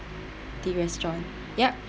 the restaurant yup